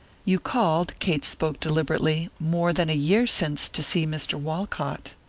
you called, kate spoke deliberately, more than a year since to see mr. walcott.